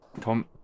Tom